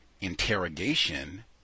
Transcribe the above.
interrogation